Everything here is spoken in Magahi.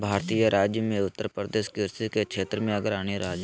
भारतीय राज्य मे उत्तरप्रदेश कृषि के क्षेत्र मे अग्रणी राज्य हय